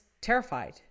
terrified